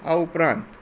આ ઉપરાંત